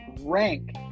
rank